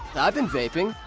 i've been vaping,